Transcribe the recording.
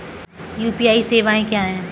UPI सवायें क्या हैं?